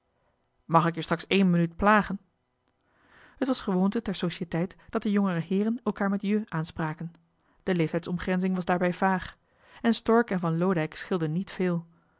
mag ik je straks ééne minuut plagen het was gewoonte ter societeit dat de jongere heeren elkaar met je aanspraken de leeftijdsomgrenzing was daarbij vaag en stork en van loodijck scheelden niet veel